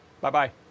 Bye-bye